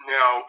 Now